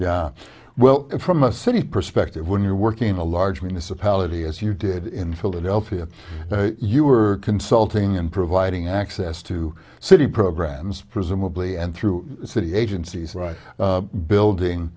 yeah well from a city perspective when you're working in a large municipality as you did in philadelphia you are consulting and providing access to city programs presumably and through city agencies right building